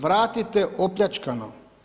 Vratite opljačkano.